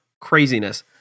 craziness